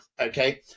okay